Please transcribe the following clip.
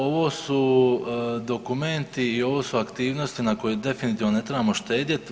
Ovo su dokumenti i ovo su aktivnosti na kojima definitivno ne trebamo štedjeti.